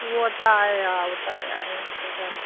उहो त आहे हा हू त आहे आहे सही ॻाल्हि आहे